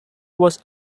was